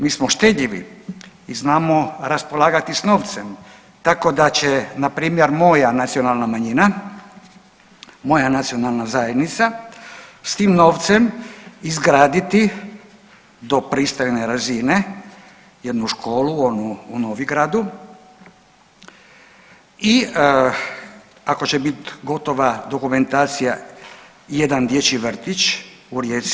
Mi smo štedljivi i znamo raspolagati s novcem, tako da će npr. moja nacionalna manjina, moja nacionalna zajednica s tim novcem izgraditi do pristojne razine jednu školu onu u Novigradu i ako će biti gotova dokumentacija jedan dječji vrtić u Rijeci.